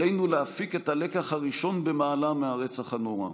עלינו להפיק את הלקח הראשון במעלה מהרצח הנורא.